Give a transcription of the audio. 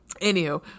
anyhow